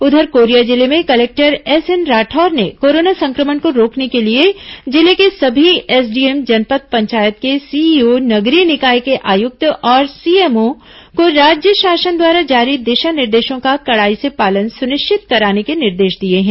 उधर कोरिया जिले में कलेक्टर एसएन राठौर ने कोरोना संक्रमण को रोकने को लिए जिले के सभी एसडीएम जनपद पंचायत के सीईओ नगरीय निकाय के आयुक्त और सीएमओ को राज्य शासन द्वारा जारी दिशा निर्देशों का कड़ाई से पालन सुनिश्चित कराने के निर्देश दिए हैं